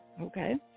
Okay